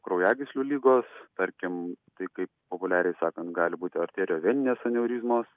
kraujagyslių ligos tarkim tai kaip populiariai sakant gali būti arterioveninės aneurizmas